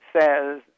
says